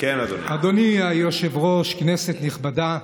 אדוני היושב-ראש, כנסת נכבדה,